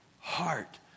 heart